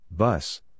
Bus